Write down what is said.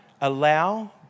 Allow